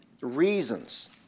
reasons